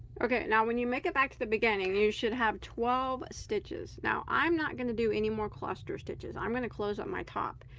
okay, now when you make it back to the beginning you should have twelve stitches now, i'm not gonna do any more cluster stitches i'm gonna close on my top.